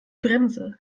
bremse